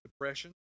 depression